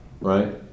right